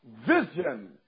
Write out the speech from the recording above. Vision